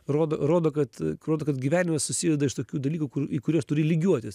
rodo rodo kad rodo kad gyvenimas susideda iš tokių dalykų kur į kuriuos turi lygiuotis